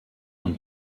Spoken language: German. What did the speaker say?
und